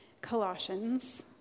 Colossians